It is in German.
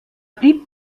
blieb